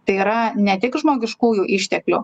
tai yra ne tik žmogiškųjų išteklių